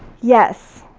yes,